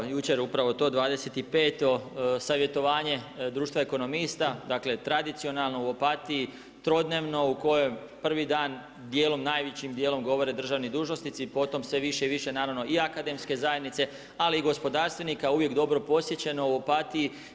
Evo jučer upravo to, 25. savjetovanje društva ekonomista, dakle tradicionalno u Opatiji, trodnevno, u kojem prvi dan, najvećim djelom govore državni dužnosnici, potom sve više naravno i akademske zajednice ali i gospodarstvenika, uvijek dobro posjećeno u Opatiji.